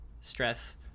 stress